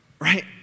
Right